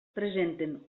presenten